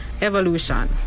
Evolution